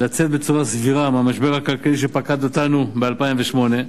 לצאת בצורה סבירה מהמשבר הכלכלי שפקד אותנו ב-2008.